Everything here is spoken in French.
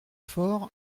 fort